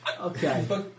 Okay